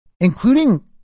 including